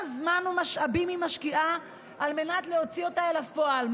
זמן ומשאבים היא משקיעה על מנת להוציא אותה אל הפועל.